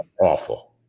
Awful